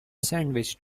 sandwich